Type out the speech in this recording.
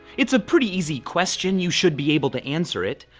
it's a pretty easy question. you should be able to answer it.